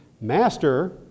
Master